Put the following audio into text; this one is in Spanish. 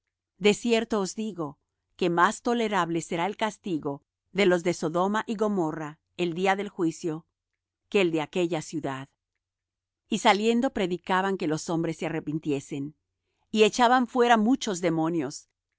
cierto os digo que más tolerable será el castigo de los de sodoma y gomorra el día del juicio que el de aquella ciudad y saliendo predicaban que los hombres se arrepintiesen y echaban fuera muchos demonios